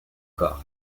corps